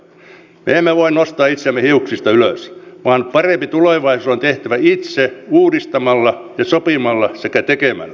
me emme voi nostaa itseämme hiuksista ylös vaan parempi tulevaisuus on tehtävä itse uudistamalla ja sopimalla sekä tekemällä